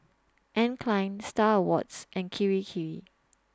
Anne Klein STAR Awards and Kirei Kirei